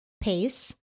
pace